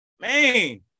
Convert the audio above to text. man